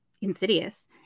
insidious